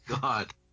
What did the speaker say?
God